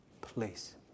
place